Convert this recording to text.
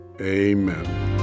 amen